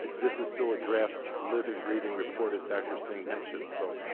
this is still a draft living, breathing report, as dr. singh mentioned. so